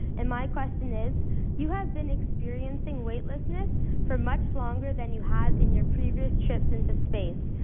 and my question is you have been experiencing weightlessness for much longer than you have in your previous trips into space.